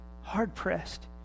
Hard-pressed